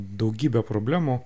daugybe problemų